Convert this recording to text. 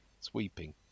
sweeping